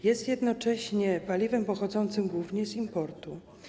Jest jednocześnie paliwem pochodzącym głównie z importu.